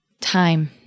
time